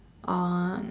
um